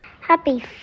happy